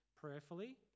prayerfully